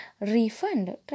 refund